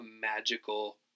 magical